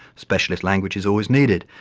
specialist language is always needed,